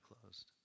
closed